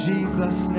Jesus